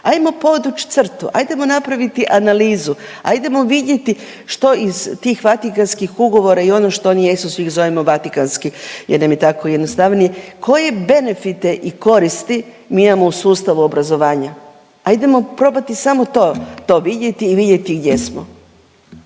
Ajmo podvući crtu, ajdemo napraviti analizu, ajdemo vidjeti što ih tih Vatikanskih ugovora i ono što oni jesu, svi ih zove vatikanski jer nam je tako jednostavnije, koje benefite i koristi mi imamo u sustavu obrazovanja? Ajdemo probati samo to, to vidjeti i vidjeti gdje smo.